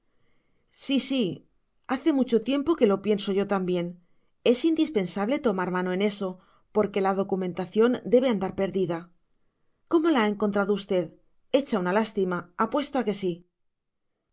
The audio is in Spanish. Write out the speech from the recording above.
sí sí hace mucho tiempo que lo pienso yo también es indispensable tomar mano en eso porque la documentación debe andar perdida cómo la ha encontrado usted hecha una lástima apuesto a que sí